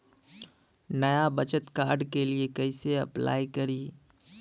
नया बचत कार्ड के लिए कइसे अपलाई करी?